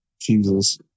Jesus